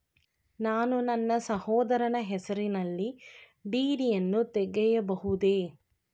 ನಾನು ನನ್ನ ಸಹೋದರನ ಹೆಸರಿನಲ್ಲಿ ಡಿ.ಡಿ ಯನ್ನು ತೆಗೆಯಬಹುದೇ?